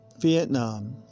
Vietnam